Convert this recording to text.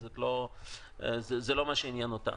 זה לא מה שעניין אותנו.